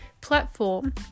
platform